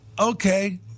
okay